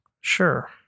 Sure